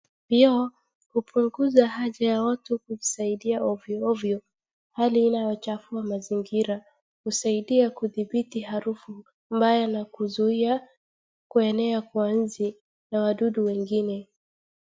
Vyoo hupunguza haja ya watu kujisaidia ovyo ovyo hali inayochafua mazingira, husaidia kudhibiti harufu mbaya na kuzuia kuenea kwa nzi na wadudu wengine.